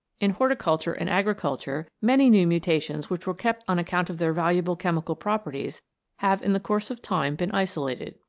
in horticulture and agriculture many new mutations which were kept on account of their valuable chemical properties have in the course of time been isolated.